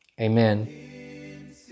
Amen